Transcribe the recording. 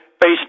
face